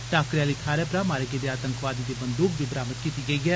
टाकरे आली थाहरै परा मारे गेदे आतंकवादी दी बंदूक बी बरामद कीती गेई ऐ